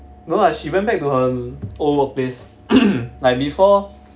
no lah she went back to her old workplace like before